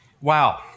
wow